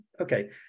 Okay